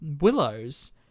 Willows